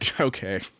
okay